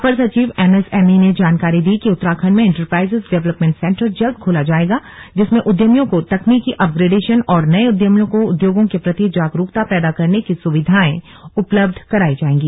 अपर सचिव एमएसएमई ने जानकारी दी कि उत्तराखण्ड में इन्टरप्राइजेस डेवलपमेंट सेन्टर जल्द खोला जाएगा जिसमें उद्यमियों को तकनीकी अपग्रेडेशन और नये उद्यमियों को उद्योगों के प्रति जागरूकता पैदा करने की सुविधायें उपलब्ध करायी जायेगी